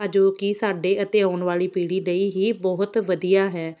ਜੋ ਕਿ ਸਾਡੇ ਅਤੇ ਆਉਣ ਵਾਲੀ ਪੀੜ੍ਹੀ ਲਈ ਹੀ ਬਹੁਤ ਵਧੀਆ ਹੈ